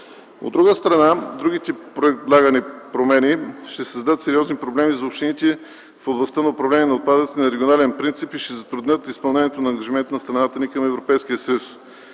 От друга страна, другите предлагани промени ще създадат сериозни проблеми за общините в областта на управление на отпадъците на регионален принцип и ще затруднят изпълнението на ангажимента на страната ни към